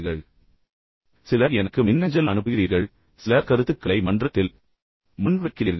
நான் சொன்னது போல் உங்களில் சிலர் எனக்கு மின்னஞ்சல் அனுப்புகிறீர்கள் உங்கள் கருத்துக்களை மன்றத்தில் வைக்கிறீர்கள்